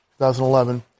2011